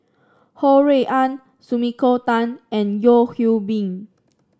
Ho Rui An Sumiko Tan and Yeo Hwee Bin